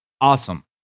awesome